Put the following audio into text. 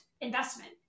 investment